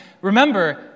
remember